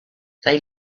they